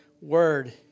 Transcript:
word